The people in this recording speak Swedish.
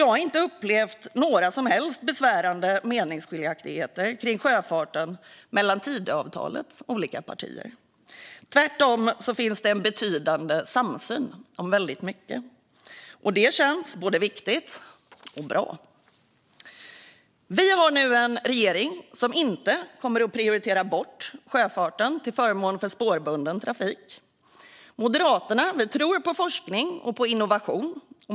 Jag har inte upplevt några som helst besvärande meningsskiljaktigheter kring sjöfarten mellan Tidöavtalets olika partier. Tvärtom finns det en betydande samsyn om väldigt mycket. Det känns både viktigt och bra. Vi har nu en regering som inte kommer att prioritera bort sjöfarten till förmån för spårbunden trafik. Moderaterna tror på forskning och innovation.